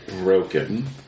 broken